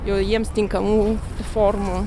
jau jiems tinkamų formų